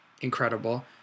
Incredible